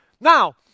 Now